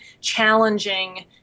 challenging